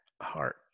Heart